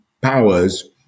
powers